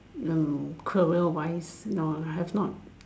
no career wise no have not